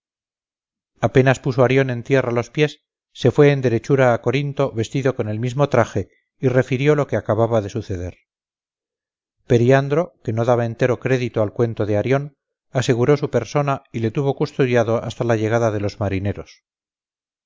apenas puso arión en tierra los pies se fue en derechura a corinto vestido con el mismo traje y refirió lo que acababa de suceder periandro que no daba entero crédito al cuento de arión aseguró su persona y le tuvo custodiado hasta la llegada de los marineros